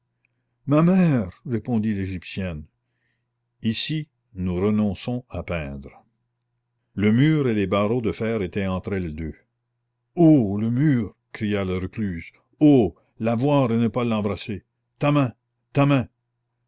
ma mère répondit l'égyptienne ici nous renonçons à peindre le mur et les barreaux de fer étaient entre elles deux oh le mur cria la recluse oh la voir et ne pas l'embrasser ta main ta main